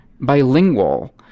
bilingual